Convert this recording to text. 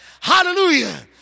Hallelujah